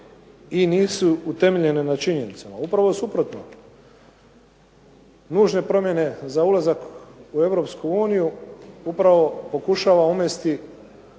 i nisu temeljene na činjenica. Upravo suprotno. Nužne promjene za ulazak u Europsku uniju upravo pokušava omesti